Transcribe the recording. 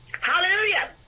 Hallelujah